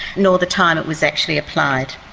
nor the time it was actually applied.